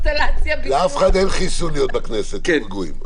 לאף אחד אין חיסון להיות בכנסת, תהיו רגועים.